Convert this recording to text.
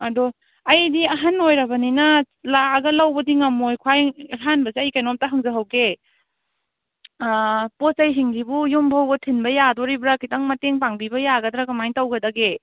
ꯑꯗꯣ ꯑꯩꯗꯤ ꯑꯍꯟ ꯑꯣꯏꯔꯕꯅꯤꯅ ꯂꯥꯛꯑꯒ ꯂꯧꯕꯗꯤ ꯉꯝꯃꯣꯏ ꯈ꯭ꯋꯥꯏ ꯑꯍꯥꯟꯕꯖꯦ ꯑꯩ ꯀꯩꯅꯣꯝꯇ ꯍꯪꯖꯍꯧꯒꯦ ꯄꯣꯠ ꯆꯩꯁꯤꯡꯖꯤꯕꯨ ꯌꯨꯝꯐꯥꯎꯕ ꯊꯤꯟꯕ ꯌꯥꯗꯣꯔꯤꯕ꯭ꯔꯥ ꯈꯤꯇꯪ ꯃꯇꯦꯡ ꯄꯥꯡꯕꯤꯕ ꯌꯥꯒꯗ꯭ꯔꯥ ꯀꯃꯥꯏ ꯇꯧꯒꯗꯒꯦ